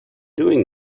doing